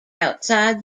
outside